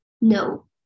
no